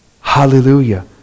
Hallelujah